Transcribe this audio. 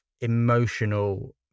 emotional